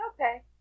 okay